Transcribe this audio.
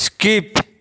skip